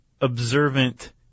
observant